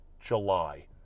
July